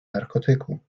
narkotyku